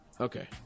okay